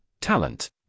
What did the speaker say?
Talent